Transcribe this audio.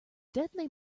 deadly